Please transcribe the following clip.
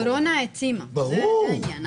הקורונה העצימה, זה העניין.